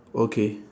okay